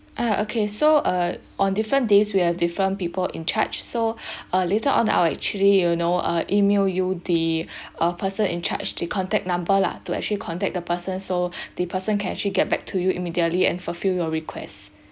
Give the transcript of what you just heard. ah okay so uh on different days we'll have different people in charge so uh later on I'll actually you know uh email you the uh person in charge the contact number lah to actually contact the person so the person can actually get back to you immediately and fulfil your request